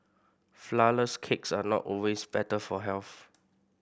flourless cakes are not always better for health